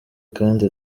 kandi